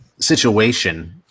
situation –